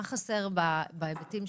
מה חסר בהיבטים,